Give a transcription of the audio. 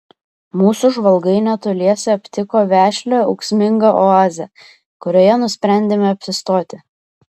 mūsų žvalgai netoliese aptiko vešlią ūksmingą oazę kurioje nusprendėme apsistoti